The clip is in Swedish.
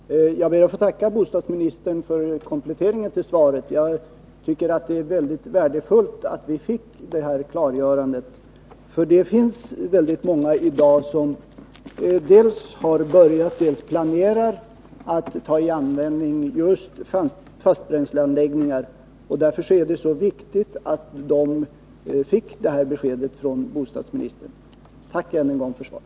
Herr talman! Jag ber att få tacka bostadsministern för kompletteringen av svaret. Jag tycker det är väldigt bra att vi fått det här klargörandet, för det finns många i dag som dels har börjat, dels planerar att ta i användning just fastbränsleanläggningar. Därför är det så viktigt att de fått det här beskedet från bostadsministern. Tack än en gång för svaret!